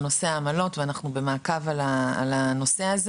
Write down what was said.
ואנחנו במעקב אחר זה.